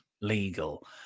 legal